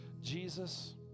Jesus